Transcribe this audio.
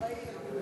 בעיר.